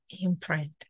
Imprint